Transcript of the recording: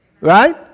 Right